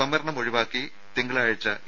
സംവരണം ഒഴിവാക്കി തിങ്കളാഴ്ച്ച ഇ